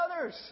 others